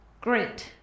Great